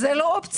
אז זו לא אופציה.